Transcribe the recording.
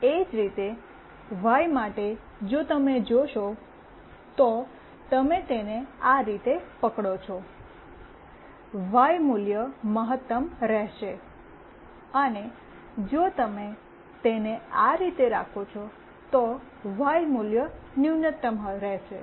એજ રીતે વાય માટે જો તમે જોશો તો તમે તેને આ રીતે પકડો છો વાય મૂલ્ય મહત્તમ રહેશે અને જો તમે તેને આ રીતે રાખો છો તો વાય મૂલ્ય ન્યૂનતમ રહેશે